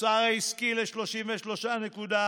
התוצר העסקי, ל-33.4%,